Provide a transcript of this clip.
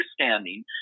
understanding